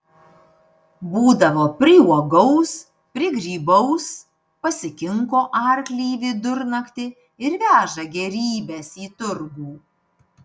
būdavo priuogaus prigrybaus pasikinko arklį vidurnaktį ir veža gėrybes į turgų